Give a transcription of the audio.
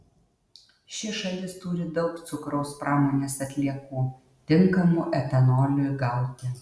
ši šalis turi daug cukraus pramonės atliekų tinkamų etanoliui gauti